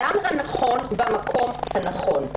הסיסמה שלנו מאז ועדת שגב היא: "האדם הנכון במקום הנכון".